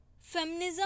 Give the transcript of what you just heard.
Feminism